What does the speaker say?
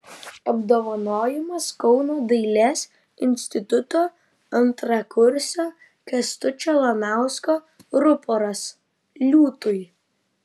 apdovanojimas kauno dailės instituto antrakursio kęstučio lanausko ruporas liūtui